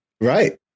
right